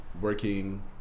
working